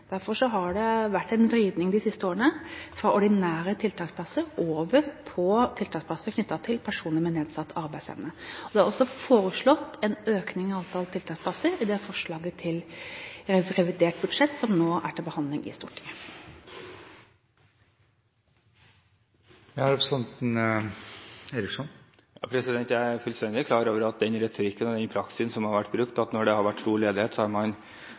Derfor har det vært en vridning de siste årene, fra ordinære tiltaksplasser over på tiltaksplasser knyttet til personer med nedsatt arbeidsevne. Det er også foreslått en økning i antall tiltaksplasser i det forslaget til revidert budsjett som nå er til behandling i Stortinget. Jeg er fullstendig klar over den retorikken og den praksisen som har vært brukt. Når det har vært stor ledighet, har man økt antallet tiltaksplasser, og så driver man